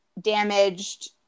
damaged